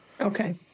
Okay